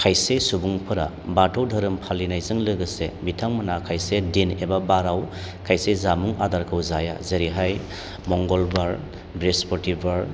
खायसे सुबुंफोरा बाथौ धोरोम फालिनायजों लोगोसे बिथांमोनहा खायसे दिन एबा बाराव खायसे जामुं आदारखौ जाया जेरैहाय मंगलबार बृस्पतिबार